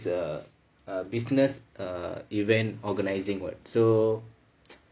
it's a business err event organising what so